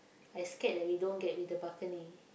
I scared that we don't get with the balcony